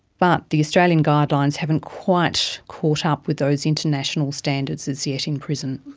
but the australian guidelines haven't quite caught up with those international standards as yet in prison.